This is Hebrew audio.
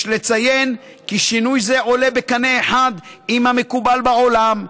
יש לציין כי שינוי זה עולה בקנה אחד עם המקובל בעולם,